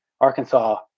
Arkansas